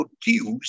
produced